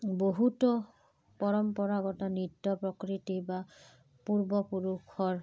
বহুতো পৰম্পৰাগত নৃত্য প্ৰকৃতি বা পূৰ্বপুৰুষৰ